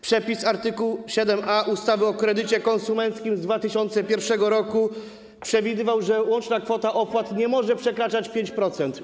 Przepis art. 7a ustawy o kredycie konsumenckim z 2001 r. przewidywał, że łączna kwota opłat nie może przekraczać 5%.